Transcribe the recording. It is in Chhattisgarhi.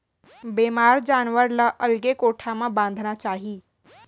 बेमार जानवर ल अलगे कोठा म बांधना चाही